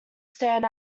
stand